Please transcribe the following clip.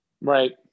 Right